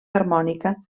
harmònica